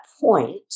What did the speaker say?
point